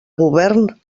govern